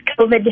COVID